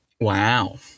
Wow